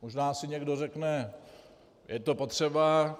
Možná si někdo řekne: Je to potřeba?